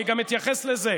אני אתייחס גם לזה.